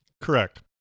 Correct